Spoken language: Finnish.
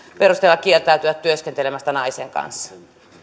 perusteella kieltäytyä työskentelemästä naisen kanssa